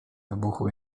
wybuchu